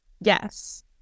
Yes